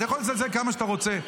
אתה יכול לזלזל כמה שאתה רוצה.